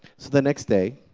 the next day,